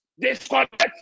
Disconnect